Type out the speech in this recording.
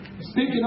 speaking